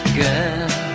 girl